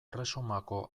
erresumako